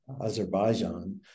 Azerbaijan